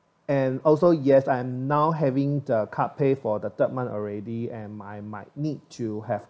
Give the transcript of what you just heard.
and also yes I'm now having the cut pay for the third month already and I might need to have